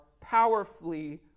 powerfully